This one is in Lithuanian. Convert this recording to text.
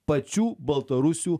pačių baltarusių